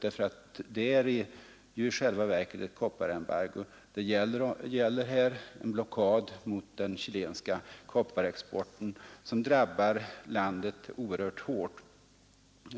Det är ju i själva verket kopparembargot det gäller här en blockad mot den chilenska förbindelser som vi skulle hjälpa Chile mest. kopparexporten som drabbar landet oerhört hårt.